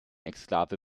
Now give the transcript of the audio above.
exklave